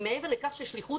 מעבר לכך שהיא שליחות,